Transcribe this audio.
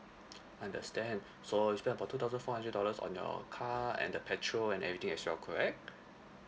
understand so you spend about two thousand four hundred dollars on your car and the petrol and everything as well correct